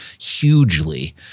hugely